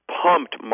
pumped